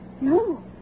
No